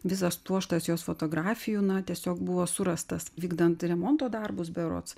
visas pluoštas jos fotografijų na tiesiog buvo surastas vykdant remonto darbus berods